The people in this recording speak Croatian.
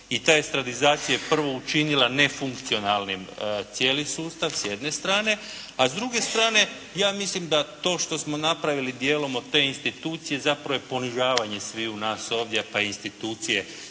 i ta estradizacija je prvo učinila nefunkcionalnim cijeli sustav s jedne strane, a s druge strane. Ja mislim da to što smo napravili dijelom od te institucije, zapravo je ponižavanje sviju nas ovdje, pa i institucije